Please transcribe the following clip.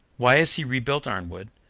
why has he rebuilt arnwood?